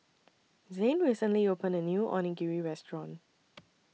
Zane recently opened A New Onigiri Restaurant